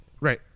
Right